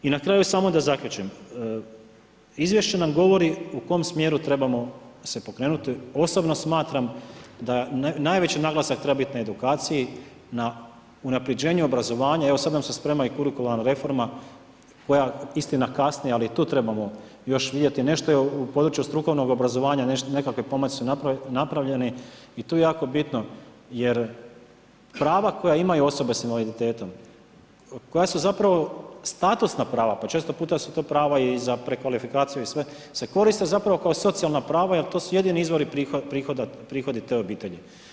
I na kraju samo da zaključim, izvješće nam govori u kom smjeru trebamo se pokrenuti, osobno smatram da najveći naglasak treba biti na edukaciji, na unapređenju, obrazovanje, evo sad nam se sprema i kurikularna reforma koja istina, kasni ali tu trebamo još vidjeti, nešto je području strukovnog obrazovanja, nekakvi pomaci su napravljeni i to je jako bitno jer prava koja imaju osobe sa invaliditetom, koja su zapravo statusna prava pa često puta su to prava i za prekvalifikaciju i sve se koriste zapravo kao socijalna prava jer to su jedini izvori prihoda te obitelji.